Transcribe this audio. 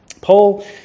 Paul